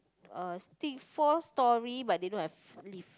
uh stick four storey but they don't have lift